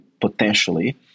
potentially